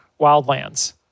wildlands